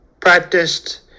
practiced